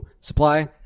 supply